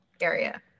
area